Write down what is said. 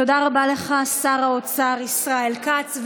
תודה רבה לך, שר האוצר ישראל כץ.